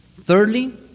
Thirdly